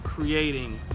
creating